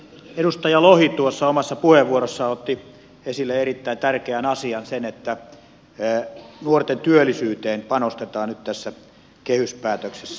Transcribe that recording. edustaja lohi tuossa omassa puheenvuorossaan otti esille erittäin tärkeän asian sen että nuorten työllisyyteen panostetaan nyt tässä kehyspäätöksessä